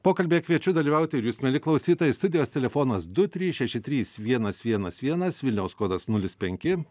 pokalbyje kviečiu dalyvauti ir jūs mieli klausytojai studijos telefonas du trys šeši trys vienas vienas vienas vilniaus kodas nulis penki